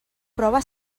prova